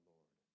Lord